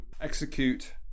execute